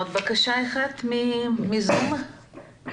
מייסד